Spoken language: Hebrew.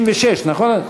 66, נכון?